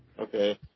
Okay